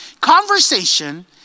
conversation